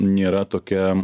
nėra tokia